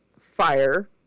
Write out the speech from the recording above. fire